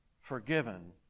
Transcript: forgiven